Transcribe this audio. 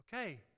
Okay